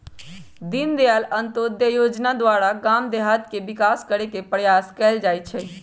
दीनदयाल अंत्योदय जोजना द्वारा गाम देहात के विकास करे के प्रयास कएल जाइ छइ